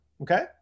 Okay